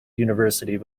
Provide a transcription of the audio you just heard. university